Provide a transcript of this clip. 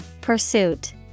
Pursuit